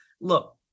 Look